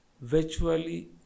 virtually